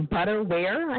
Butterware